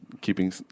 keeping